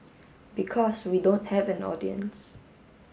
because we don't have an audience